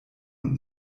und